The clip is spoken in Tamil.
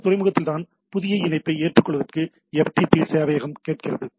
இந்த துறைமுகத்தில்தான் புதிய இணைப்பை ஏற்றுக்கொள்வதற்கு FTP சேவையகம் கேட்கிறது